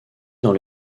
dans